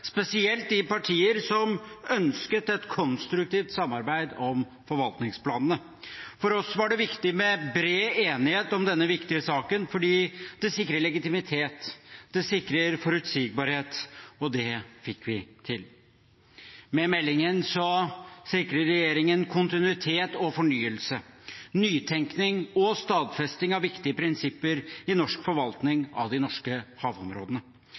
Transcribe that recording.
spesielt de partier som ønsket et konstruktivt samarbeid om forvaltningsplanene. For oss var det viktig med bred enighet om denne viktige saken fordi det sikrer legitimitet og forutsigbarhet – og det fikk vi til. Med meldingen sikrer regjeringen kontinuitet og fornyelse, nytenkning og stadfesting av viktige prinsipper i norsk forvaltning av de norske havområdene.